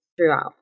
throughout